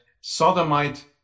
sodomite